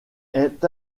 est